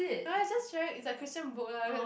no is just try is like Christian book lah that